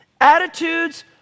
attitudes